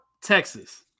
Texas